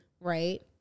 right